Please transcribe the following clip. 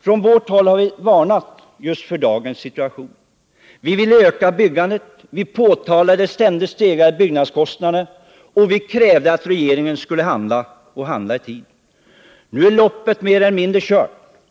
Från vårt håll har vi varnat för just dagens situation. Vi ville öka byggandet. Vi påtalade de ständigt stegrade byggnadskostnaderna. Och vi krävde att regeringen skulle handla — och handla i tid. Nu är loppet mer eller mindre kört.